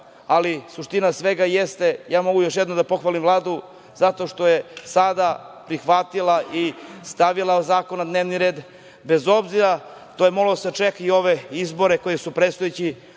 ali suština svega jeste, ja mogu još jednom da pohvalim Vladu zato što je sada prihvatila i stavila zakon na dnevni red, bez obzira to je moglo da sačeka i ove izbore koji su predstojeći,